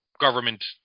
government